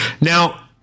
Now